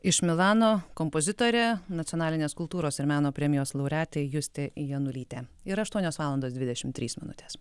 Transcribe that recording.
iš milano kompozitorė nacionalinės kultūros ir meno premijos laureatė justė janulytė yra aštuonios valandos dvidešimt trys minutės